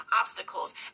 obstacles